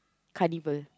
carnival